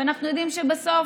אנחנו יודעים שבסוף,